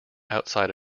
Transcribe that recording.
outside